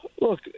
Look